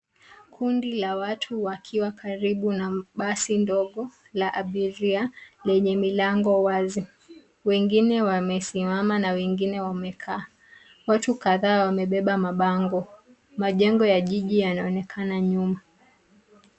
Kundi la watu wakiwa karibu na basi ndogo la abiria lenye milango wazi. Wengine wamesimama na wengine wamekaa. Watu kadhaa wamebeba mabango ,majengo ya jiji yanaonekana nyuma.